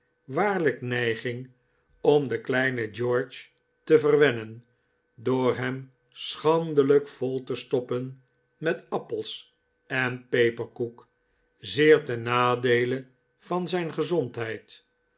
waarlijk neiging om den kleinen george te verwennen door hem schandelijk vol te stoppen met appels en peperkoek zeer ten nadeele van zijn gezondheid